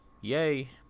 Yay